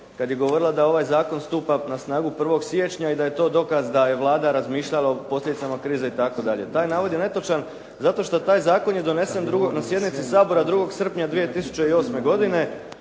kada je govorila da ovaj zakon stupa na snagu 1. siječnja i da je to dokaz da je Vlada razmišljala o posljedice krize itd. Taj navod je netočan zato što je taj zakon donesen na sjednici Sabora 2. sprdnja 2008. godine,